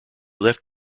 left